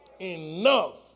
Enough